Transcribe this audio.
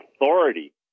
authority